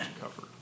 cover